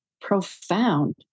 profound